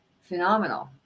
phenomenal